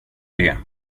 det